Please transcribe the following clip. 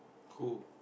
who